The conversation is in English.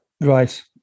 Right